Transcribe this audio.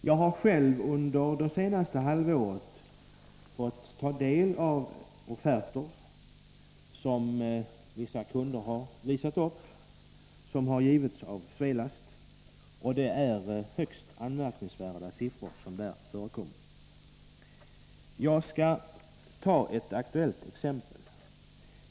Jag har själv under det senaste halvåret fått ta del av offerter, som vissa kunder har visat upp, givna av Svelast, och det är högst anmärkningsvärda siffror som förekommer där. Jag skall ta ett aktuellt exempel.